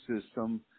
system